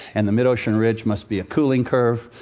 and the mid-ocean ridge must be a cooling curve.